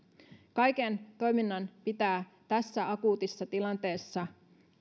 kaiken toiminnan pitää tässä akuutissa tilanteessa